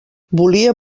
volia